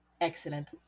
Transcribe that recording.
Excellent